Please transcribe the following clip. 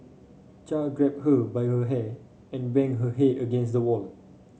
Char grabbed her by her hair and banged her head against the wall